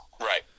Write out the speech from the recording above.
right